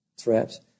Threats